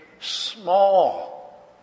small